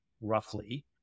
roughly